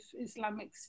Islamic